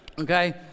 Okay